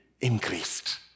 increased